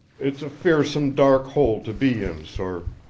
it's a fearsome dark hole to be in, sor.